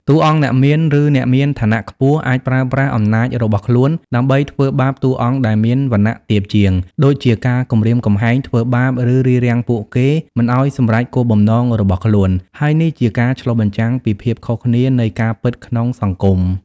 តួអង្គអ្នកមាន ឬអ្នកមានឋានៈខ្ពស់អាចប្រើប្រាស់អំណាចរបស់ខ្លួនដើម្បីធ្វើបាបតួអង្គដែលមានវណ្ណៈទាបជាង ដូចជាការគំរាមកំហែង ធ្វើបាប ឬរារាំងពួកគេមិនឱ្យសម្រេចគោលបំណងរបស់ខ្លួន ហើយនេះជាការឆ្លុះបញ្ចាំងពីភាពខុសគ្នានៃការពិតក្នុងសង្គម។